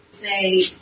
Say